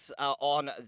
on